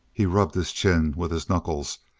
he rubbed his chin with his knuckles,